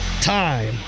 Time